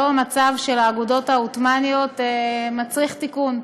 היום המצב של האגודות העות'מאניות מצריך תיקון.